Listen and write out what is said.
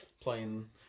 Playing